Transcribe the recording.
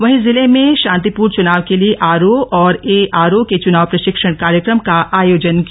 वहीं जिले में शांतिपूर्ण चुनाव के लिए आरओ और एआरओ का चुनाव प्रशिक्षण कार्यक्रम का आयोजन किया